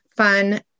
fun